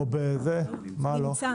נמצא.